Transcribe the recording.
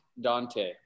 Dante